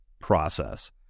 process